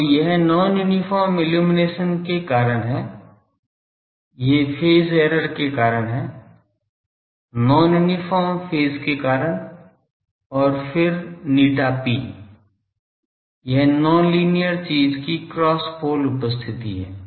तो यह non uniform illumination के कारण है यह फेज एरर के कारण है नॉन यूनिफार्म फेज के कारण और फिर ηp यह नॉन लीनियर चीज की क्रॉस पोल उपस्थिति है